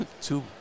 two